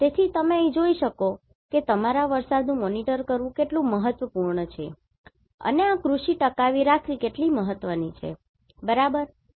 તેથી તમે અહીં જોઈ શકો છો કે તમારા વરસાદનું મોનિટર કરવું કેટલું મહત્વપૂર્ણ છે અને આ કૃષિ ટકાવી રખવી કેટલી મહત્વની છે બરાબર છે